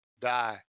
die